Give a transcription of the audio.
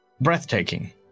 Breathtaking